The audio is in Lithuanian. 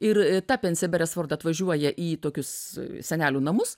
ir tapens beresford atvažiuoja į tokius senelių namus